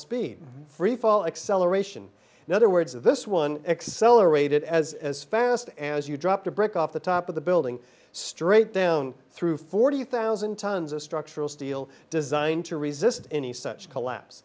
freefall acceleration in other words of this one accelerated as as fast as you dropped a brick off the top of the building straight down through forty thousand tons of structural steel designed to resist any such collapse